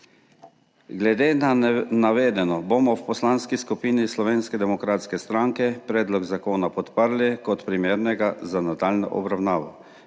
Glede na navedeno bomo v Poslanski skupini Slovenske demokratske stranke predlog zakona podprli kot primernega za nadaljnjo obravnavo.